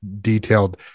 detailed